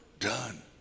done